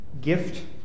gift